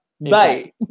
Bye